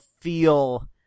feel